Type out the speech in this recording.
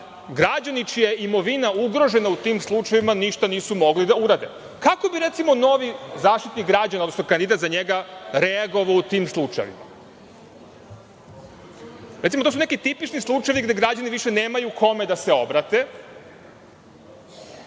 građani čija je imovina ugrožena u tim slučajevima ništa nisu mogli da urade. Kako bi recimo, novi Zaštitnik građana, odnosno kandidat za njega, reagovao u tim slučajevima. Recimo, to su neki tipični slučajevi gde građani više nemaju kome da se obrate,